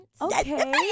okay